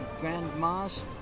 grandma's